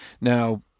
Now